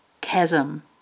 chasm